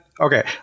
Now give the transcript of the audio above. Okay